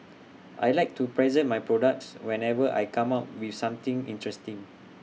I Like to present my products whenever I come up with something interesting